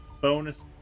Bonus